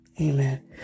Amen